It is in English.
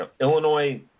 Illinois